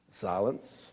Silence